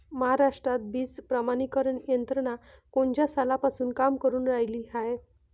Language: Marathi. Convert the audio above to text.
महाराष्ट्रात बीज प्रमानीकरण यंत्रना कोनच्या सालापासून काम करुन रायली हाये?